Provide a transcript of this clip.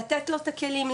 לתת לו את הכלים,